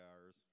hours